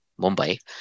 Mumbai